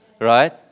Right